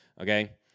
Okay